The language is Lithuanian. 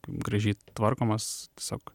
gražiai tvarkomas tiesiog